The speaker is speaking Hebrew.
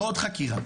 ועוד חקירה,